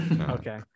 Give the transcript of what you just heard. Okay